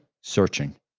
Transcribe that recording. searching